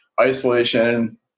isolation